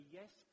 yes